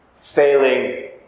failing